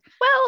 Well-